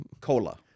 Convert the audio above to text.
cola